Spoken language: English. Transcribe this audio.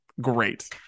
great